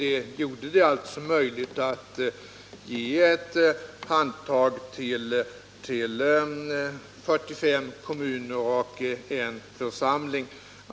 Det gjorde det möjligt att ge ett handtag till 45 kommuner och en församling.